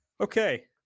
Okay